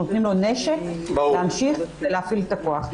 אנחנו נותנים לו נשק להמשיך ולהפעיל את הכוח.